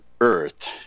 Earth